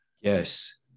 Yes